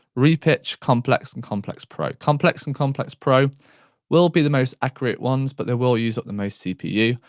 re-pitch, complex and complex pro. complex and complex pro will be the most accurate ones, but they will use up the most cpu.